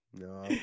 No